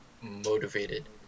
motivated